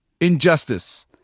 injustice